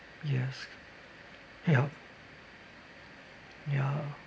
yes yup ya